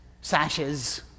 sashes